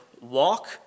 walk